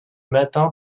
matin